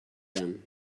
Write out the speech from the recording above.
them